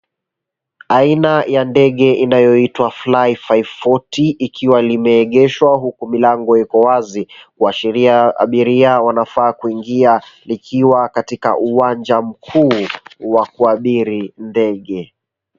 Aina ya ndege inayoitwa fly 540 ikiwalimeegeshwa huku milango iko wazi, kuashiria abiria wanafaa kuingia likiwa katika uwanja mkuu wa kuabiri ndege.